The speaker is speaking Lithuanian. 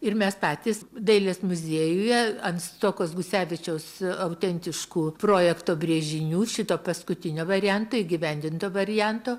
ir mes patys dailės muziejuje ant stuokos gusevičiaus autentiškų projekto brėžinių šito paskutinio varianto įgyvendinto varianto